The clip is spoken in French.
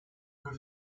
que